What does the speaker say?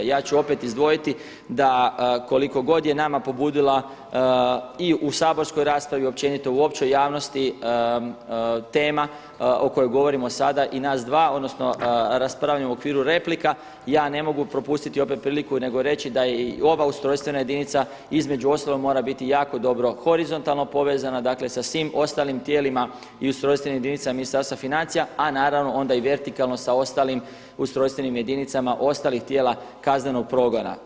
Ja ću opet izdvojiti da koliko god je nama pobudila i u saborskoj raspravi i općenito u općoj javnosti tema o kojoj govorimo sada i nas dva odnosno raspravljamo u okviru replika, ja ne mogu propustiti opet priliku nego reći da je i ova ustrojstvena jedinica između ostalog mora biti jako dobro horizontalno povezana, dakle sa svim ostalim tijelima i ustrojstvenim jedinicama Ministarstva financija, a naravno onda i vertikalno sa ostalim ustrojstvenim jedinicama ostalih tijela kaznenog progona.